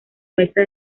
mesa